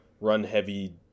run-heavy